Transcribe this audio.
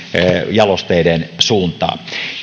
jalosteiden suuntaan